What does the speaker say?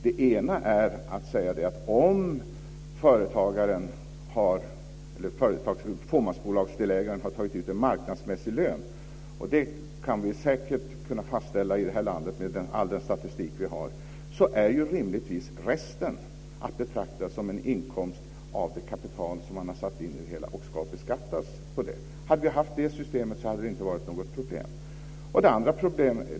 Det ena är att säga att om fåmansbolagsdelägaren har tagit ut en marknadsmässig lön - det kan vi säkert fastställa i det här landet med all den statistik som vi har - är rimligtvis resten att betrakta som inkomst av det kapital som man satt in och ska beskattas enligt det. Hade vi haft det systemet hade det inte varit något problem.